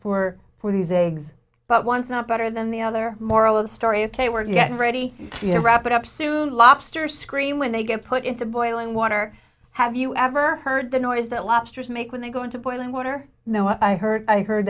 four for these eggs but once not better than the other moral of the story if they weren't yet ready to wrap it up soon lobsters scream when they get put into boiling water have you ever heard the noise that lobsters make when they go into boiling water no i heard i heard